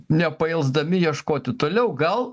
nepailsdami ieškoti toliau gal